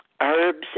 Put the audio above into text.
Herbs